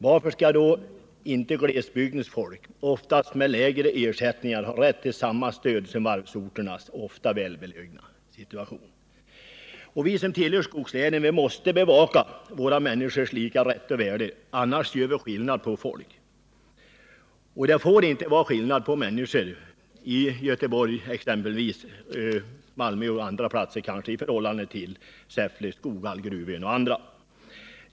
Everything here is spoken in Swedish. Varför skall inte glesbygdens folk, oftast med lägre inkomster, ha rätt till samma stöd som varvsorternas folk? Varven är ju ofta välbelägna. Vi som tillhör skogslänen måste bevaka de människors intressen som bor där. Alla måste ha lika rätt och lika värde. Annars gör vi skillnad på folk och folk. Det får inte vara någon skillnad på människor. i exempelvis Göteborg och människor i Säffle, Skoghall, Gruvön och andra orter.